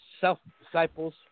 self-disciples